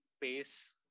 pace